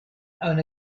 own